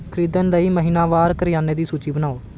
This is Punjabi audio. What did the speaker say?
ਖਰੀਦਣ ਲਈ ਮਹੀਨਾਵਾਰ ਕਰਿਆਨੇ ਦੀ ਇੱਕ ਸੂਚੀ ਬਣਾਓ